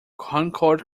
concord